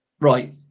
Right